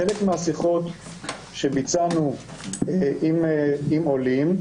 חלק מהשיחות שביצענו עם עולים,